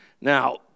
Now